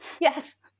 yes